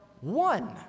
one